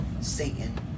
Satan